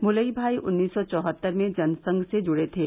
भूलई भाई उन्नीस सौ चौहत्तर में जनसंघ से जुड़े थे